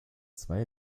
zwei